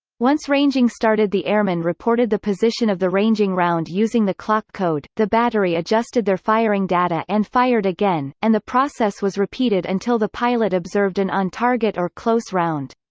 once ranging started the airman reported the position of the ranging round using the clock code, the battery adjusted their firing data and fired again, and the process was repeated until the pilot observed an on-target or close round.